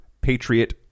Patriot